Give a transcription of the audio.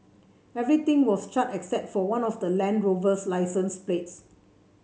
everything was charred except for one of the Land Rover's licence plates